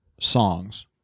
songs